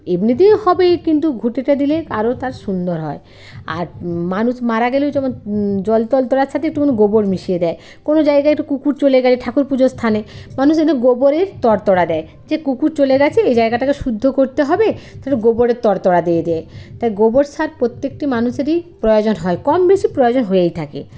এমনিতেই হবে কিন্তু ঘুঁটেটা দিলে আরো তা সুন্দর হয় আর মানুষ মারা গেলেও যেমন জল তলতরার সাথে একটুখানি গোবর মিশিয়ে দেয় কোনো জায়গায় একটু কুকুর চলে গেলে ঠাকুর পুজোর স্থানে মানুষ এতে গোবরের তরতরা দেয় যে কুকুর চলে গেছে এ জায়গাটাকে শুদ্ধ করতে হবে তাহলে গোবরের তরতরা দিয়ে দেয় তাই গোবর সার প্রত্যেকটি মানুষেরই প্ৰয়োজন হয় কম বেশি প্রয়োজন হয়েই থাকে